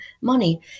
money